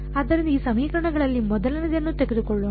ಆದ್ದರಿಂದ ಈ ಸಮೀಕರಣಗಳಲ್ಲಿ ಮೊದಲನೆಯದನ್ನು ತೆಗೆದುಕೊಳ್ಳೋಣ